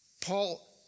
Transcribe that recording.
Paul